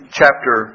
chapter